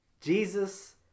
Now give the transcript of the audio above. Jesus